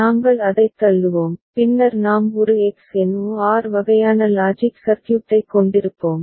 நாங்கள் அதைத் தள்ளுவோம் பின்னர் நாம் ஒரு XNOR வகையான லாஜிக் சர்க்யூட்டைக் கொண்டிருப்போம்